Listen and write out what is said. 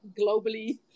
globally